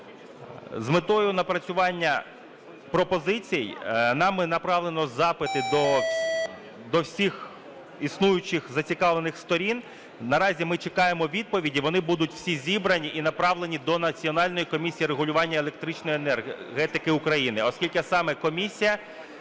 З метою напрацювання пропозицій нами направлено запити до всіх існуючих зацікавлених сторін. Наразі ми чекаємо відповіді, вони будуть всі зібрані і направлені до Національної комісії регулювання електричної енергетики країни. Оскільки саме комісія